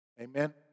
Amen